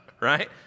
right